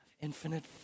infinite